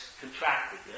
contracted